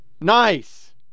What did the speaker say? nice